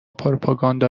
پروپاگانده